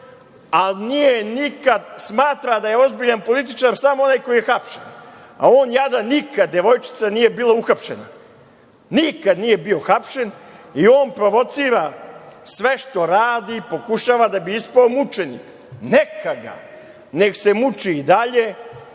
ali smatra da je ozbiljan političar samo onaj koji je hapšen, a on jadan nikad, devojčica nije bila uhapšena. Nikad nije bio hapšen i provocira i sve što radi pokušava da bi ispao mučenik. Neka ga, nek se muči i dalje,